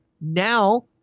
Now